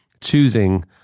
choosing